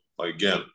Again